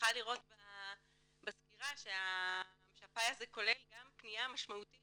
שמחה לראות בסקירה שהפאי הזה כולל גם פניה משמעותית